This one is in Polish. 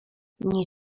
nie